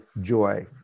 joy